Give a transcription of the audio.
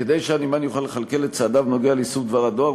כדי שהנמען יוכל לכלכל את צעדיו בנוגע לאיסוף דבר הדואר,